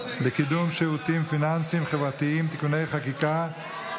לקידום שירותים פיננסים חברתיים (תיקוני חקיקה),